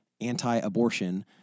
anti-abortion